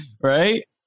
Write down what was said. right